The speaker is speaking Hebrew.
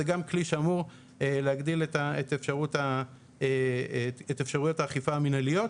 זה גם כלי שאמור להגדיל את אפשרויות האכיפה המנהליות,